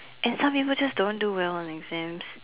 and some people just don't do well on exams